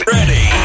Ready